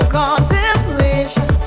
contemplation